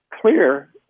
clear